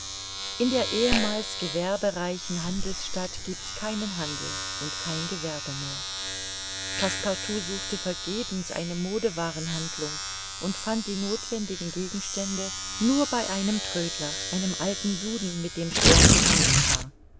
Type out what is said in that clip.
in der ehemals gewerbereichen handelsstadt giebt's keinen handel und kein gewerbe mehr passepartout suchte vergebens eine modewaarenhandlung und fand die nothwendigen gegenstände nur bei einem trödler einem alten juden mit dem schwer zu handeln war